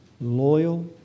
loyal